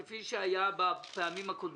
כפי שגם היה בפעמים הקודמות,